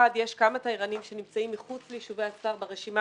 יש כמה תיירנים שנמצאים מחוץ ליישובי הספר ברשימה